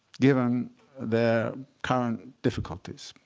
given their current difficulties?